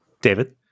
David